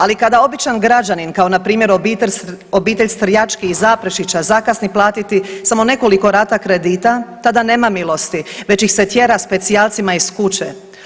Ali, kada običan građanin, kao npr. obitelj Strjački iz Zaprešića zakasni platiti samo nekoliko rata kredita, tada nema milosti, već ih se tjera specijalcima iz kuće.